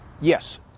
Yes